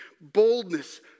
boldness